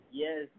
yes